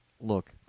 look